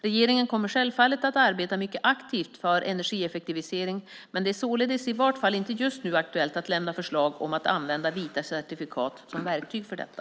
Regeringen kommer självfallet att arbeta mycket aktivt för energieffektivisering, men det är således i vart fall inte just nu aktuellt att lämna förslag om att använda vita certifikat som verktyg för detta.